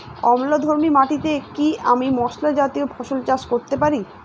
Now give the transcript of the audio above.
অম্লধর্মী মাটিতে কি আমি মশলা জাতীয় ফসল চাষ করতে পারি?